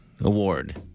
award